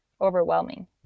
overwhelming